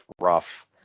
rough